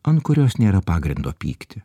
ant kurios nėra pagrindo pykti